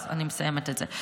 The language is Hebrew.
אז אני מסיימת את זה.